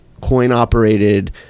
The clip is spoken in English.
coin-operated